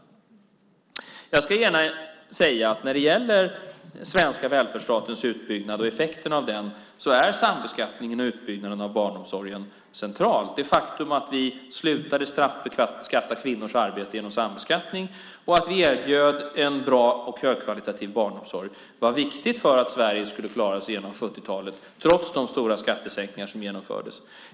Jag ska gärna säga att när det gäller den svenska välfärdsstatens utbyggnad och effekterna av den är borttagandet av sambeskattningen och utbyggnaden av barnomsorgen centrala. Det faktum att vi slutade straffbeskatta kvinnors arbete genom sambeskattning och att vi erbjöd en bra och högkvalitativ barnomsorg var viktigt för att Sverige skulle klara sig genom 70-talet trots de stora skattesänkningar som genomfördes.